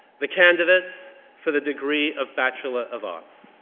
the candidates for the degree of bachelor of arts.